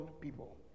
people